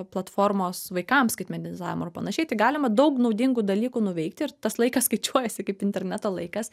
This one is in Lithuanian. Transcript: platformos vaikam skaitmenizavimo ar panašiai tai galima daug naudingų dalykų nuveikti ir tas laikas skaičiuojasi kaip interneto laikas